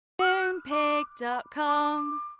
Moonpig.com